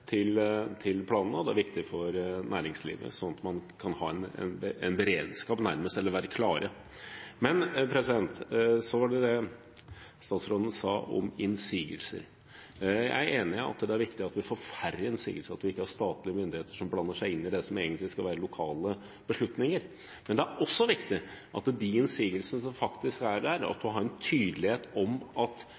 til planene, og det er viktig for næringslivet, slik at man kan ha nærmest en beredskap og være klare. Så til det statsråden sa om innsigelser: Jeg er enig i at det er viktig at man får færre innsigelser, og at man ikke har statlige myndigheter som blander seg inn i det som egentlig skal være lokale beslutninger. Men det er også viktig, når det gjelder de innsigelsene som faktisk er der, at man har en tydelighet om at